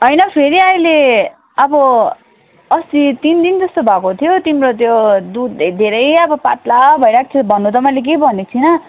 होइन फेरि अहिले अब अस्ति तिन दिन जस्तो भएको थियो तिम्रो त्यो दुध धे धेरै अब पातला भइरहेको थियो भन्नु त मैले केही भनेको छुइनँ